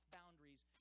boundaries